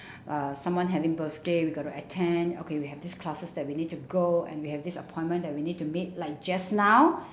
uh someone having birthday we got to attend okay we have these classes we need to go and we have this appointment that we need to meet like just now